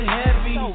heavy